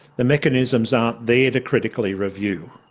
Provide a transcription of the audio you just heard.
the mechanisms aren't there to critically review.